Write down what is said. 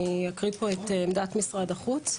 אני אקריא פה את עמדת משרד החוץ.